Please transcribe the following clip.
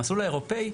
המסלול האירופי,